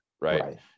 right